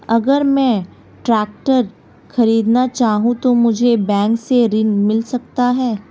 अगर मैं ट्रैक्टर खरीदना चाहूं तो मुझे बैंक से ऋण मिल सकता है?